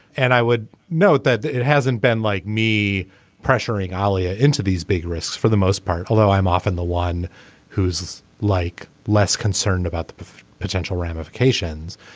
and i would note that it hasn't been like me pressuring ali ah into these big risks for the most part although i'm often the one who's like less concerned about the potential ramifications.